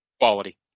Quality